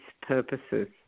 purposes